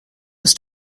was